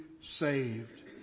saved